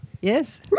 Yes